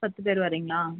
பத்து பேர் வரிங்களா